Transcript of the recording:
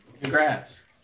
Congrats